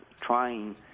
trying